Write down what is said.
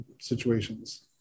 situations